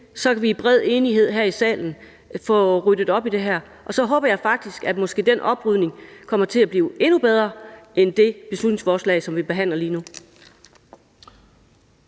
kan vi i bred enighed her i salen få ryddet op i det her, og så håber jeg faktisk, at den oprydning måske kommer til at blive endnu bedre end det beslutningsforslag, som vi behandler lige nu.